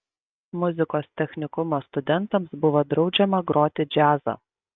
muzikos technikumo studentams buvo draudžiama groti džiazą